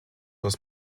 was